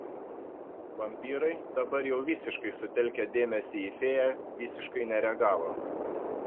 vampyrai dabar jau visiškai sutelkę dėmesį į fėją visiškai nereagavo